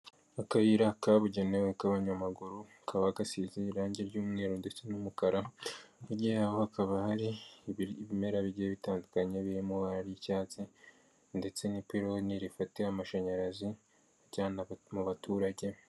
Akayira kabugenewe k'abanyamaguru kakaba gasize irange ry'umweru ndetse n'umukara, hirya yaho hakaba hari ibimera bigiye bitandukanye birimo ibara ry'icyatsi ndetse n'ipironi rifata amashanyarazi rijyana mu baturage.